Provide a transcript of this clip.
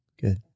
Good